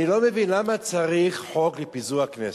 אני לא מבין למה צריך חוק לפיזור הכנסת.